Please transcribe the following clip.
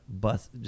bus